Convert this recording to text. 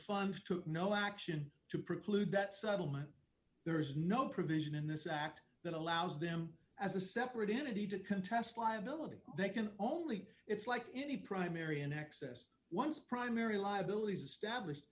funds took no action to preclude that settlement there is no provision in this act that allows them as a separate entity to contest liability they can only it's like any primary and access once primary liabilities established